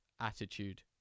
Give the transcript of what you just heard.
attitude